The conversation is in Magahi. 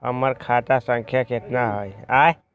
हमर खाता संख्या केतना हई?